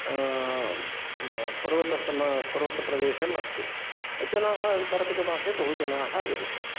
पर्वतसम पर्वतप्रदेशम् अस्ति जनाः कार्तिकमासे बहुजनाः गमिष्यन्ति